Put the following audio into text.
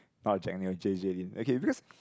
no Jack-Neo J_J-Lin okay because